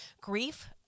grief